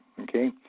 okay